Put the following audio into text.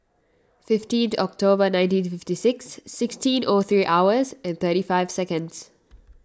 fifteenth October nineteen fifty six sixteen O three hours and thirty five seconds